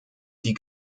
die